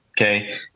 Okay